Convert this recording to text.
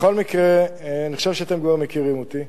בכל מקרה, אני חושב שאתם כבר מכירים אותי.